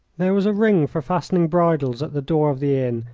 there was a ring for fastening bridles at the door of the inn,